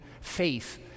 faith